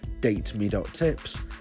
Dateme.tips